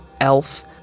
elf